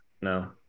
No